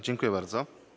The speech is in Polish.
Dziękuję bardzo.